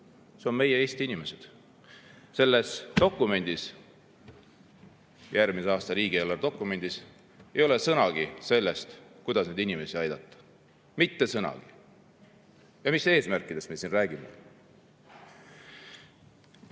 Need on meie Eesti inimesed. Selles dokumendis, järgmise aasta riigieelarve dokumendis ei ole sõnagi sellest, kuidas neid inimesi aidata. Mitte sõnagi! Ja mis eesmärkidest me siin räägime?